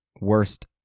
worst